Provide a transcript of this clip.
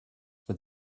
were